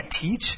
teach